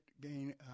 gain